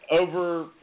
Over